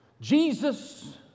Jesus